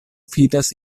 fidas